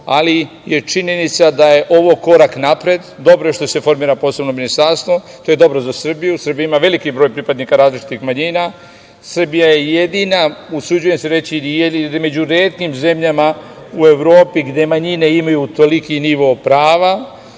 ali je činjenica da je ovo korak napred. Dobro je što se formira posebno ministarstvo, to je dobro za Srbiju. Srbija ima veliki broj pripadnika različitih manjina. Srbija je jedina, usuđujem se reći, jedina među retkim zemljama u Evropi gde manjine imaju toliki nivo prava.